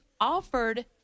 offered